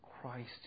Christ